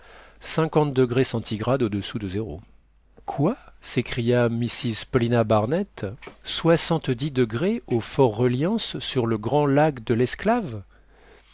soixante-dix degrés au-dessous de zéro quoi s'écria mrs paulina barnett soixante-dix degrés au fort reliance sur le grand lac de l'esclave